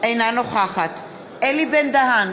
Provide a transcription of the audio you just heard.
אינה נוכחת אלי בן-דהן,